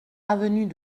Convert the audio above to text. avenue